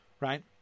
right